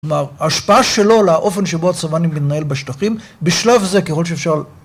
כלומר, השפעה שלו לאופן שבו הצבא מתנהל בשטחים, בשלב זה, ככל שאפשר...